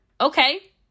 Okay